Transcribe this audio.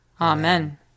Amen